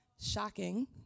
Shocking